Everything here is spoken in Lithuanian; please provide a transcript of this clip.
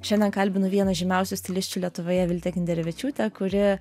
šiandien kalbino vieną žymiausių stilisčių lietuvoje viltė kinderevičiūtė kuri